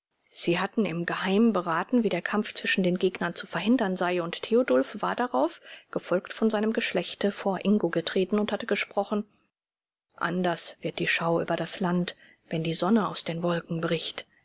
sie hatten im geheim beraten wie der kampf zwischen den gegnern zu hindern sei und theodulf war darauf gefolgt von seinem geschlechte vor ingo getreten und hatte gesprochen anders wird die schau über das land wenn die sonne aus den wolken bricht